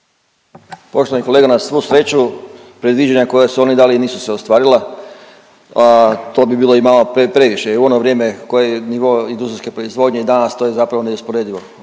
Poštovani kolega na svu sreću predviđanja koja su oni dali nisu se ostvarila. To bi bilo i malo previše. U ono vrijeme, nivo industrijske proizvodnje i danas to je zapravo neusporedivo.